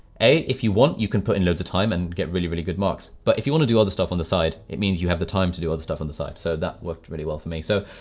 a, if you want you can put in loads of time and get really really good marks but if you want to do all the stuff on the side, it means you have the time to do all the stuff on the site. so that worked really well for me. so,